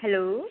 hello